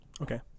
Okay